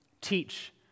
teach